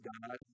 God